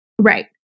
Right